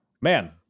man